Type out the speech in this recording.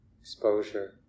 exposure